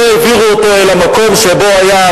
לא העבירו אותו אל המקום שבו היה,